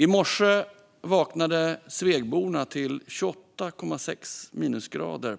I morse vaknade Svegborna till 28,6 minusgrader